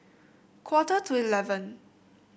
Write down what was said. quarter to eleven